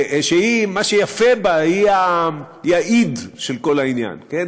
שמה שיפה בה שהיא האִיד של כל העניין, כן?